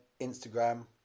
Instagram